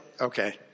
okay